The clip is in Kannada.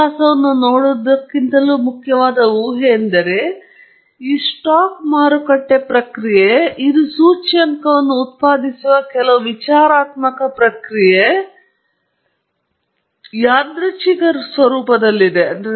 ಇತಿಹಾಸವನ್ನು ನೋಡುವುದಕ್ಕಿಂತಲೂ ಬಿಂದುವಿನ ಹೊರತಾಗಿ ನಾವು ಈ ಮುಖ್ಯವಾದ ಊಹೆಯೆಂದರೆ ಈ ಸ್ಟಾಕ್ ಮಾರುಕಟ್ಟೆ ಪ್ರಕ್ರಿಯೆ ಇದು ಸೂಚ್ಯಂಕವನ್ನು ಉತ್ಪಾದಿಸುವ ಕೆಲವು ವಿಚಾರಾತ್ಮಕ ಪ್ರಕ್ರಿಯೆ ಯಾದೃಚ್ಛಿಕ ಸ್ವರೂಪದಲ್ಲಿದೆ